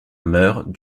meurt